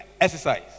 exercise